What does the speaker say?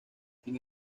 sin